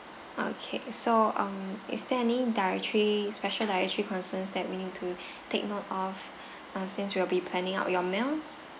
okay so um is there any dietary special dietary concerns that we need to take note of uh since we'll be planning out your meals